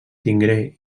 tingué